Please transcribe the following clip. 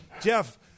Jeff